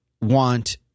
want